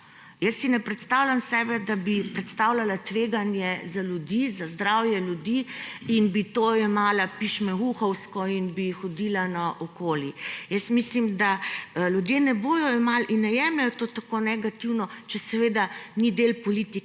Ne predstavljam si sebe, da bi predstavljala tveganje za ljudi, za zdravje ljudi in bi to jemala pišmeuhovsko in bi hodila naokoli. Mislim, da ljudje ne bojo jemali in ne jemljejo to tako negativno, če seveda ni del politike,